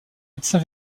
médecin